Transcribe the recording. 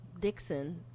Dixon